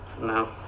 No